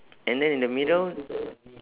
and then in the middle